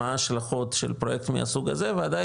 מה ההשלכות של פרויקט מהסוג הזה ועדיין